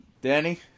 Danny